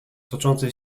toczącej